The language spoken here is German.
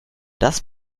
das